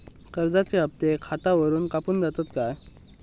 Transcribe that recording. कर्जाचे हप्ते खातावरून कापून जातत काय?